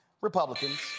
Republicans